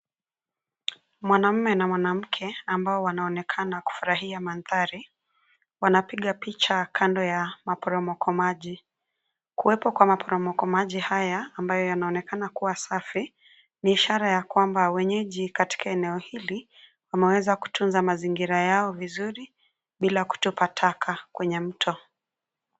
Mwanamme na mwanamke ambao wanaonekana kufurahia mandhari, wanapiga picha kando ya maporomoko maji. Kuwepo kwa maporomoko maji haya ambayo yanaonekana kuwa safi, ni ishara ya kwamba wenyeji katika eneo hili wameweza kutunza mazingira yao vizuri bila kutupa taka kwenye mto.